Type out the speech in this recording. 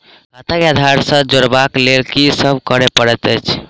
खाता केँ आधार सँ जोड़ेबाक लेल की सब करै पड़तै अछि?